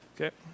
okay